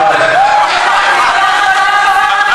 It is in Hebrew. השרה מירי רגב, תוציא אותה,